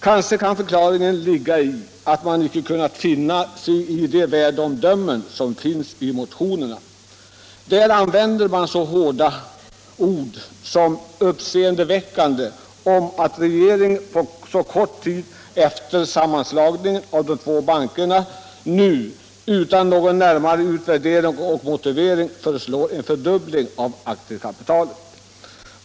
Kanske kan förklaringen ligga i att man icke kunnat finna sig i de värdeomdömen som avges i motionerna. Där används så hårda ord som ”uppseendeväckande” om att regeringen så kort tid efter sammanslagningen av de två bankerna nu — utan någon närmare utvärdering och motivering — föreslår en fördubbling av aktiekapitalet.